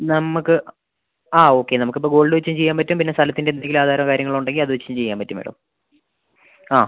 നമുക്ക് ആ ഓക്കെ നമുക്ക് ഇപ്പം ഗോൾഡ് വെച്ചും ചെയ്യാൻ പറ്റും പിന്നെ സ്ഥലത്തിൻ്റ എന്തെങ്കിലും ആധാരമോ കാര്യങ്ങളോ ഉണ്ടെങ്കിൽ അത് വെച്ചും ചെയ്യാൻ പറ്റും മേഡം ആ